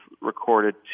recorded